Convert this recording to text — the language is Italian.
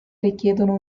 richiedono